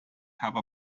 have